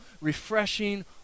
refreshing